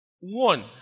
One